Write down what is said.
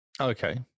Okay